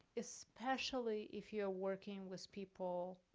especially if you're working with people,